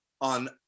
on